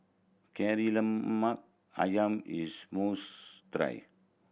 Kari Lemak Ayam is a most try